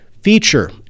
feature